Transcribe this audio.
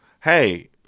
hey